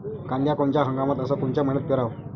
कांद्या कोनच्या हंगामात अस कोनच्या मईन्यात पेरावं?